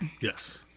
Yes